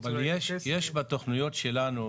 יש בתוכניות שלנו,